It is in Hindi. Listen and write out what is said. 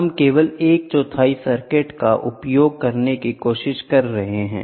हम केवल 1 चौथाई सर्किट का उपयोग करने की कोशिश कर रहे हैं